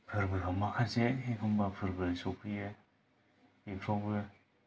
फोरबोआव माखासे एखम्बा फोरबोफोर सफैयो बेफोरावबो